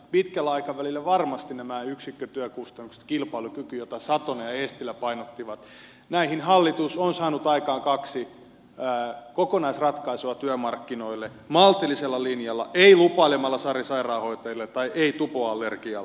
pitkällä aikavälillä varmasti näihin yksikkötyökustannuksiin kilpailukykyyn jota satonen ja eestilä painottivat hallitus on saanut aikaan kaksi kokonaisratkaisua työmarkkinoille maltillisella linjalla ei lupailemalla sari sairaanhoitajille tai ei tupoallergialla